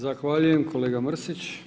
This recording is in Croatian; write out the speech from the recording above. Zahvaljujem kolega Mrsić.